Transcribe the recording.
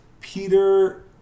Peter